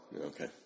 Okay